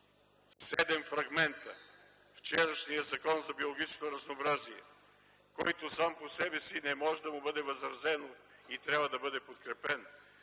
седем фрагмента: вчерашният Закон за биологическо разнообразие, който сам по себе си не може да му бъде възразено и трябва да бъде подкрепен,